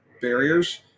barriers